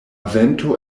vento